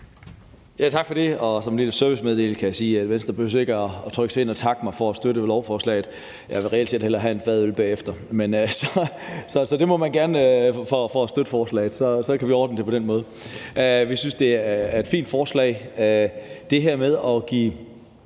Tak for det. Som en lille servicemeddelelse kan jeg sige, at Venstre ikke behøver at trykke sig ind og takke mig for at støtte forslaget. Jeg vil reelt set hellere have en fadøl bagefter for at støtte forslaget. Så det må man gerne. Så kan vi ordne det på den måde. Vi synes, at det er et fint forslag. Det her med at give